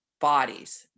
bodies